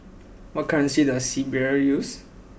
what currency does Serbia use